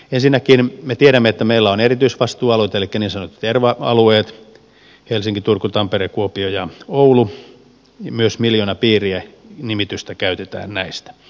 ensinnäkin me tiedämme että meillä on erityisvastuualueet elikkä niin sanotut erva alueet helsinki turku tampere kuopio ja oulu myös miljoonapiiri nimitystä käytetään näistä